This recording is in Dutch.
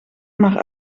maar